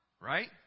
Right